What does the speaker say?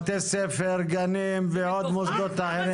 בתי ספר, גנים ועוד מוסדות אחרים?